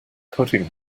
putting